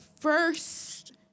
first